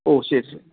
ഓ ശരി ശരി